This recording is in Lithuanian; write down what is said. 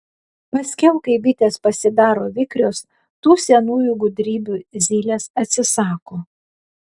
paskiau kai bitės pasidaro vikrios tų senųjų gudrybių zylės atsisako